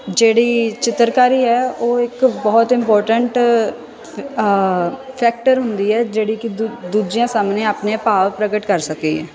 ਜਿਹੜੀ ਚਿੱਤਰਕਾਰੀ ਹੈ ਉਹ ਇੱਕ ਬਹੁਤ ਇੰਪੋਰਟੈਂਟ ਫੈਕਟਰ ਹੁੰਦੀ ਹੈ ਜਿਹੜੀ ਕਿ ਦੂ ਦੂਜਿਆਂ ਸਾਹਮਣੇ ਆਪਣੇ ਭਾਵ ਪ੍ਰਗਟ ਕਰ ਸਕੇ